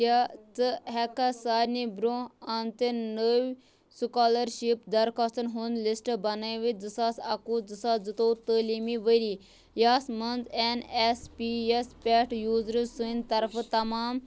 کیٛاہ ژِ ہیٚککھا سارِنٕے برٛونٛہہ آمٕتٮ۪ن نٔوۍ سُکالرشپ درخواستن ہُنٛد لِسٹ بنٲوِتھ زٕ ساس اَکوُہ زٕ ساس زُتوٚوُہ تعلیٖمی ؤرۍ یَتھ مَنٛز این ایس پی یَس پٮ۪ٹھ یوٗزرٕ سٕنٛدۍ طرفہٕ تمام